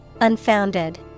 Unfounded